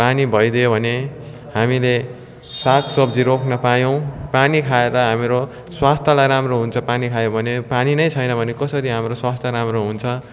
पानी भइदिए भने हामीले साग सब्जी रोप्न पायौँ पानी खाएर हाम्रो स्वास्थ्यलाई राम्रो हुन्छ पानी खायो भने पानी नै छैन भने कसरी हाम्रो स्वास्थ्य राम्रो हुन्छ